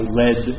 led